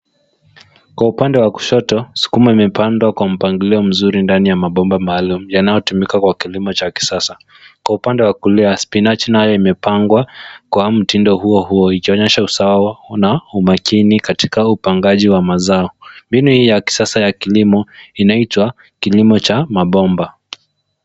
Kwa upande wa kushoto, skuma imepandwa kwa mpangilio mzuri ndani ya mabomba maalum yanayotumika kwa kilimo cha kisasa. Kwa upande wa kulia, spinachi nayo imepangwa kwa mtindo huo huo ikionyesha usawa na umakini katika upangaji wa mazao. Mbinu hii ya kisasa ya kilimo inaitwa kilimo cha mabomba.